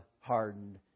hardened